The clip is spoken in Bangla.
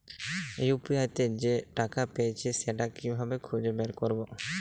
ইউ.পি.আই তে যে টাকা পেয়েছি সেটা কিভাবে খুঁজে বের করবো?